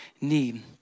need